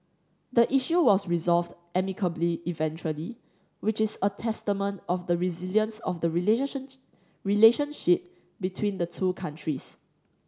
the issue was resolved amicably eventually which is a testament of the resilience of the relationship between the two countries